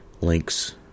links